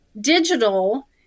digital